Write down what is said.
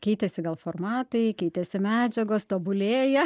keitėsi gal formatai keitėsi medžiagos tobulėja